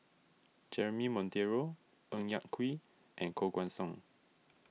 Jeremy Monteiro Ng Yak Whee and Koh Guan Song